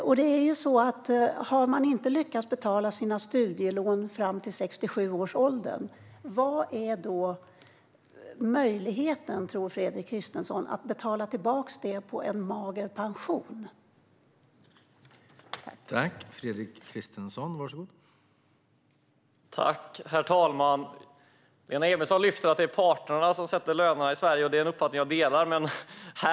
Vilken möjlighet tror Fredrik Christensson att det finns att betala tillbaka studielånet på en mager pension om man inte har lyckats betala tillbaka det fram till 67 års ålder?